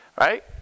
Right